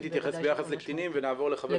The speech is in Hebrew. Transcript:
תתייחס לקטינים ונעבור לחבר הכנסת רם בן ברק.